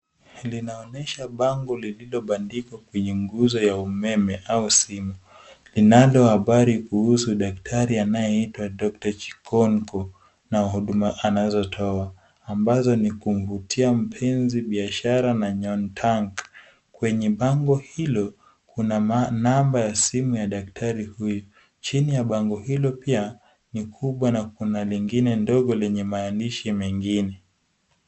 Linaonyesha bango lililobandikwa kwenye nguzo ya umeme au simu, linalo habari kuhusu daktari anayeitwa dokta Chikwonkwo, na huduma anazotoa, ambazo ni kuvutia mpenzi, biashara na nyota. Kwenye bango hilo kuna namba ya simu ya daktari huyo. Chini ya bango hilo pia ni kubwa na kuna lingine dogo yenye maandishi mengine.